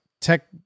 tech